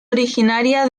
originaria